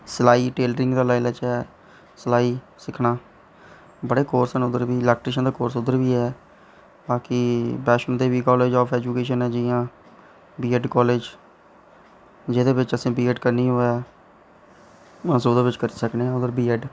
सलाई टेलरिंग दा लाई लैच्चै सलाई सिक्खना बड़े कोर्स न उद्धर इलैक्ट्रिशन दा कोर्स उद्धर बी ऐ बाकी बैष्णो देबी कालेज ऐ जियां बी ऐड्ड कालेज जेह्दे बिच्च असैं बी ऐड्ड करनी होऐ हून अस ओह्दे बिच्च करी सकने आं बी ऐड